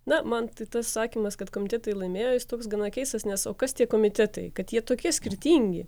na man tas sakymas kad komitetai laimėjo jis toks gana keistas nes o kas tie komitetai kad jie tokie skirtingi